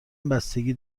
بستگی